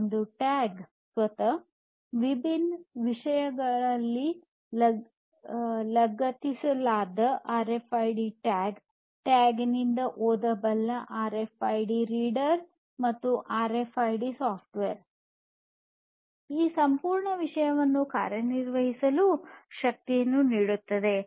ಒಂದು ಟ್ಯಾಗ್ ಸ್ವತಃ ವಿಭಿನ್ನ ವಿಷಯಗಳಿಗೆ ಲಗತ್ತಿಸಲಾದ R F I D tag ಟ್ಯಾಗ್ನಿಂದ ಓದಬಲ್ಲ R F I D reader ಮತ್ತು R F I D software ಈ ಸಂಪೂರ್ಣ ವಿಷಯವನ್ನು ಕಾರ್ಯನಿರ್ವಹಿಸಲು ಶಕ್ತಿಯನ್ನು ನೀಡುತ್ತದೆ